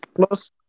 plus